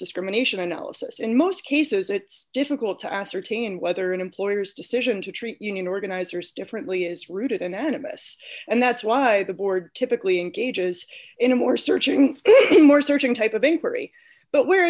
discrimination analysis in most cases it's difficult to ascertain whether an employer's decision to treat union organizers differently is rooted in animus and that's why the board typically engages in a more searching more searching type of a very but where